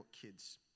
kids